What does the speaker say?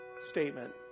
statement